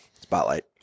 Spotlight